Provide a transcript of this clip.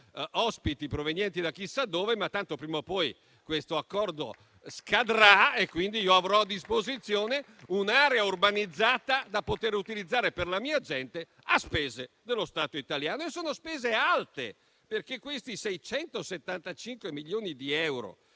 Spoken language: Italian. ospiti provenienti da chissà dove; tanto prima o poi questo accordo scadrà e quindi io avrò a disposizione un'area urbanizzata da poter utilizzare per la mia gente a spese dello Stato italiano. Peraltro, sono spese alte, perché questi 675 milioni di euro